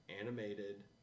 animated